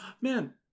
man